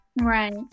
Right